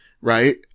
right